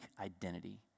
identity